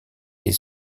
est